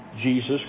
Jesus